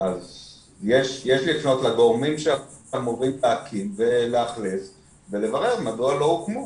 יש לפנות לגורמים שאמורים להקים ולאכלס ולברר מדוע לא הוקמו.